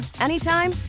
anytime